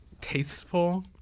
tasteful